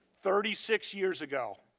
thirty six years ago.